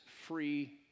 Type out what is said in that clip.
free